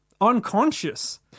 unconscious